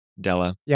Della